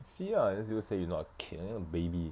see ah you still say you're not a kid eh baby eh